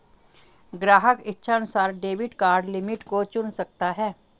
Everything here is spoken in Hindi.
ग्राहक इच्छानुसार डेबिट कार्ड लिमिट को चुन सकता है